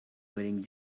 wearing